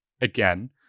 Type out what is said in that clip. again